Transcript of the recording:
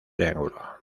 triángulo